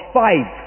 five